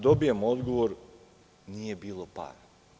Dobijamo odgovor – nije bilo para.